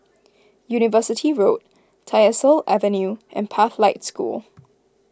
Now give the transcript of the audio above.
University Road Tyersall Avenue and Pathlight School